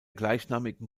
gleichnamigen